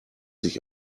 sich